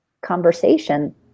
conversation